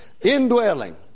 indwelling